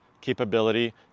capability